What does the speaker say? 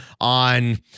on